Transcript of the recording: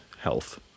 health